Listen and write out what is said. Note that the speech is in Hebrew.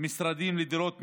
משרדים לדירות מגורים,